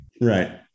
Right